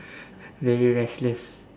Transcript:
very restless